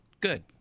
good